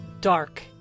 dark